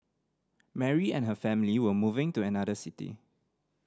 Mary and her family were moving to another city